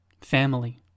Family